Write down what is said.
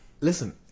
Listen